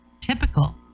typical